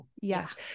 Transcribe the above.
Yes